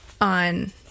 on